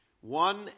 One